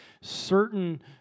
certain